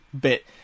bit